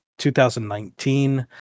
2019